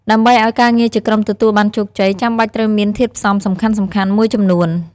ដើម្បីឱ្យការងារជាក្រុមទទួលបានជោគជ័យ ចាំបាច់ត្រូវមានធាតុផ្សំសំខាន់ៗមួយចំនួន។